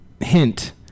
hint